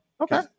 Okay